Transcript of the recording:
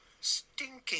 stinking